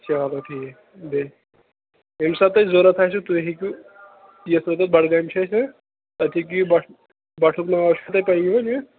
چلو ٹھیٖک بیٚیہِ ییٚمہِ ساتہٕ تۄہہِ ضروٗرت آسِوٕ تُہۍ ہیٚکِو یَتھ سۭتۍ بَڈگامہِ چھِ تَتہِ ہیٚکِو یہِ بَٹھٕ بَٹھُک ناو چھُو تۄہہِ پَیی وۅنۍ